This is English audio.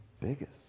biggest